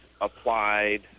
Applied